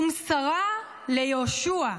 "ומסרה ליהושע"